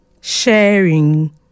sharing